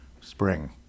Spring